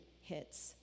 hits